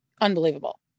unbelievable